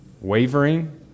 wavering